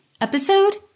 episode